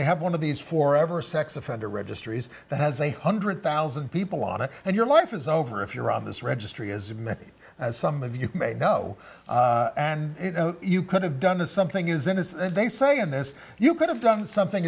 they have one of these for ever sex offender registries that has a one hundred thousand people on it and your life is over if you're on this registry as many as some of you may know and you know you could have done something is innocent they say in this you could have done something